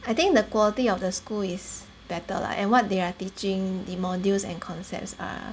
I think the quality of the school is better lah and what they are teaching the modules and concepts are